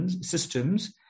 systems